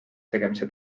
tegemise